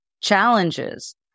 challenges